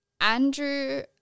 Andrew